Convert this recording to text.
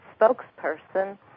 spokesperson